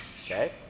okay